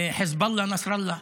חיזבאללה, נסראללה.